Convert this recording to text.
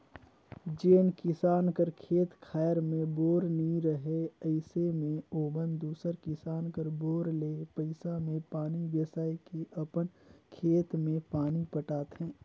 जेन किसान कर खेत खाएर मे बोर नी रहें अइसे मे ओमन दूसर किसान कर बोर ले पइसा मे पानी बेसाए के अपन खेत मे पानी पटाथे